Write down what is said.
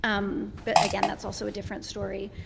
um but again, that's also a different story.